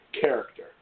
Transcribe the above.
character